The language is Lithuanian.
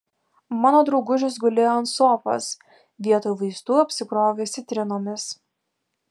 mano draugužis gulėjo ant sofos vietoj vaistų apsikrovęs citrinomis